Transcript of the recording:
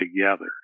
together